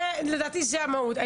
לדעתי זה המהות.